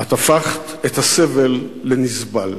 את הפכת את הסבל לנסבל,